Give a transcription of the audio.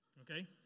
okay